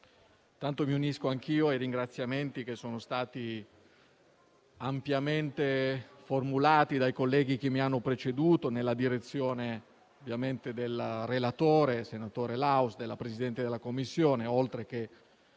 mi unisco anch'io ai ringraziamenti che sono stati ampiamente formulati dai colleghi che mi hanno preceduto verso il relatore, senatore Laus, la Presidente della Commissione, e la